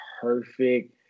perfect